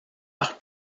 par